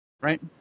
right